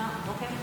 אה, אוקיי.